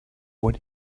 what